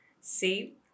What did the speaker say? see